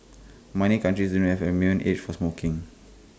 miny countries isn't have A minimum age for smoking